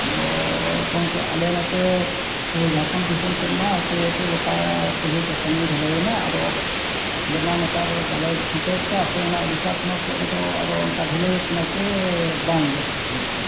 ᱟᱫᱚ ᱜᱚᱢᱠᱮ ᱟᱞᱮ ᱱᱚᱛᱮ ᱡᱷᱟᱲᱠᱷᱚᱸᱰ ᱫᱤᱥᱚᱢ ᱥᱮᱫᱢᱟ ᱟᱛᱳ ᱟᱛᱳ ᱜᱚᱴᱟ ᱠᱩᱞᱦᱤ ᱪᱟᱹᱴᱟᱹᱱᱤ ᱰᱷᱟᱞᱟᱭᱮᱱᱟ ᱟᱫᱚ ᱤᱭᱟᱹᱢᱟ ᱱᱮᱛᱟᱨ ᱵᱟᱞᱮ ᱠᱷᱩᱱᱴᱟᱹᱣᱮᱫ ᱠᱚᱣᱟ ᱟᱯᱮ ᱚᱱᱟ ᱳᱰᱤᱥᱟ ᱯᱚᱱᱚᱛ ᱥᱮᱫ ᱨᱮᱫᱚ ᱟᱫᱚ ᱚᱱᱠᱟ ᱰᱷᱟᱹᱞᱟᱹᱭ ᱠᱟᱱᱟ ᱪᱮ ᱵᱟᱝᱜᱮ ᱠᱩᱞᱦᱤ ᱠᱚᱫᱚ